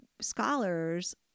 scholars